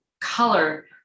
color